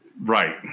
Right